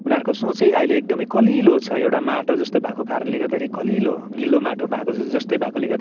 उनीहरूको सोचै अहिले एकदमै कलिलो छ एउटा माटो जस्तो भएको कारणले गर्दाखेरि कलिलो गिलो माटो भएको जस्तै भएकोले गर्दाखेरि